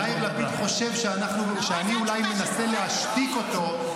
יאיר לפיד חושב שאולי אני מנסה להשתיק אותו.